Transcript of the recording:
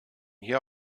hier